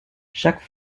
chaque